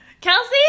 Kelsey